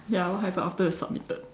ya what happened after you submitted